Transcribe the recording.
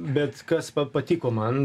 bet kas patiko man